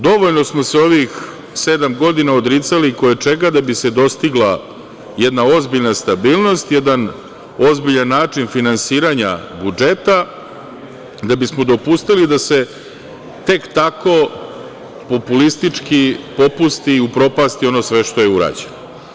Dovoljno smo se ovih sedam godina odricali koje čega da bi se dostigla jedna ozbiljna stabilnost, jedan ozbiljan način finansiranja budžeta, da bismo dopustili da se tek tako populistički popusti, upropasti ono sve što je urađeno.